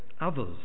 others